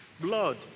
blood